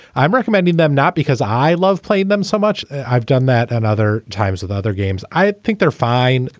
i'm recommending them not because i love playing them so much. i've done that at other times with other games. i think they're fine.